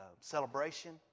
celebration